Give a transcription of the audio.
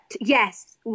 yes